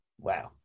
Wow